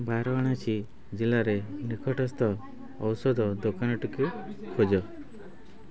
ବାରଣାସୀ ଜିଲ୍ଲାରେ ନିକଟସ୍ଥ ଔଷଧ ଦୋକାନଟିକୁ ଖୋଜ